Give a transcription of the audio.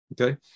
Okay